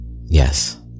Yes